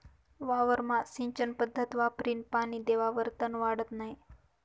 वावरमा सिंचन पध्दत वापरीन पानी देवावर तन वाढत नै